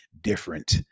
different